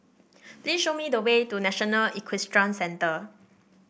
please show me the way to National Equestrian Centre